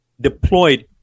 deployed